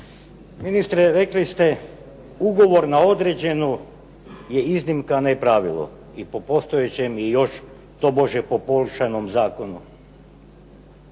Vi ste rekli Ugovor na određeno je iznimka a ne pravilo i to po postojećem i po tobože poboljšanom Zakonu,